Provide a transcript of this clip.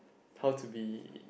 how to be